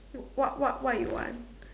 what what what what you want